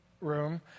room